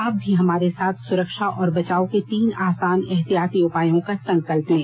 आप भी हमारे साथ सुरक्षा और बचाव के तीन आसान एहतियाती उपायों का संकल्प लें